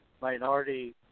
minority